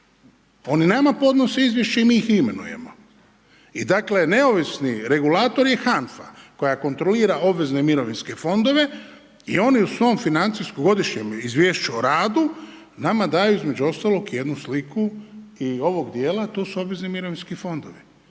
oni nama podnose izvješće i mi ih imenujemo. I dakle neovisni regulator je HANFA koja kontrolira obvezne mirovinske fondove i oni u svom financijskom godišnjem izvješću o radu, nama daju između ostalog jednu sliku i ovog djela a to su obvezni mirovinski fondovi.